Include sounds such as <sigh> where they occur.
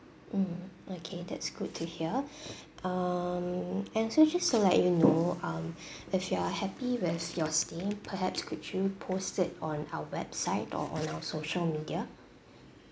mm okay that's good to hear <breath> um and so just to let you know um <breath> if you are happy with your staying perhaps could you post it on our website or on our social media